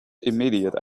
immediate